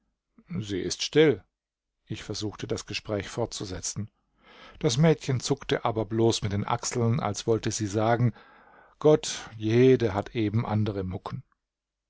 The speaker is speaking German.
sie ist still ich versuchte das gespräch fortzusetzen das mädchen zuckte aber bloß mit den achseln als wollte sie sagen gott jede hat eben andere mucken